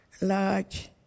large